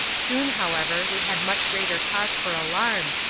soon, however, we had much greater cause for alarm,